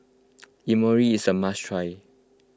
Imoni is a must try